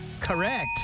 Correct